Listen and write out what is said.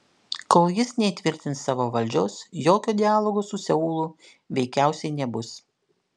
kol jis neįtvirtins savo valdžios jokio dialogo su seulu veikiausiai nebus